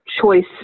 choice